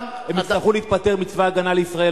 הם יצטרכו להתפטר גם מצה"ל?